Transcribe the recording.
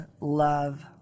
love